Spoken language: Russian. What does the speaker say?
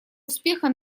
успеха